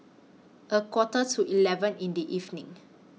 A Quarter to eleven in The evening